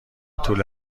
طول